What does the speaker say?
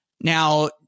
Now